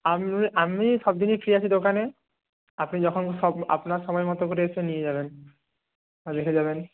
আমি সবদিনই ফ্রি আছি দোকানে আপনি যখন আপনার সময়মতো করে এসে নিয়ে যাবেন বা দেখে যাবেন